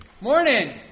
Morning